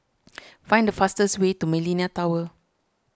find the fastest way to Millenia Tower